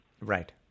Right